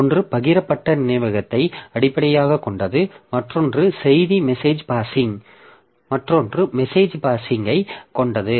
ஒன்று பகிரப்பட்ட நினைவகத்தை அடிப்படையாகக் கொண்டது மற்றொன்று செய்தி மெசேஜ் பாஸ்ஸிங்ஐ கொண்டது